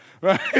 Right